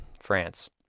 France